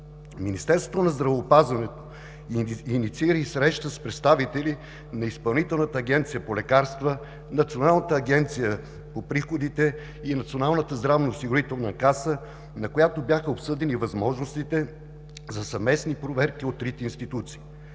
Министерството на здравеопазването инициира и среща с представители на Изпълнителната агенция по лекарства, Националната агенция по приходите и Националната здравноосигурителна каса, на която бяха обсъдени възможностите за съвместни проверки от трите институции.